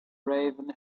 raven